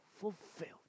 fulfilled